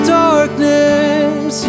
darkness